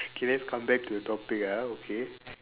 okay let's come back to the topic ah okay